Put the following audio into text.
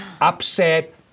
upset